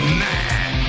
man